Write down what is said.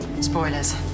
Spoilers